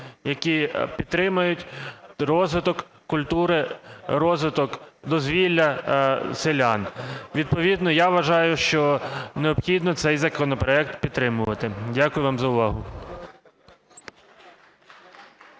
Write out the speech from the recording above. які підтримують розвиток культури, розвиток дозвілля селян. Відповідно, я вважаю, що необхідно цей законопроект підтримувати. Дякую вам за увагу.